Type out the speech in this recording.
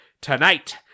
Tonight